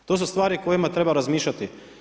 To su stvari o kojima treba razmišljati.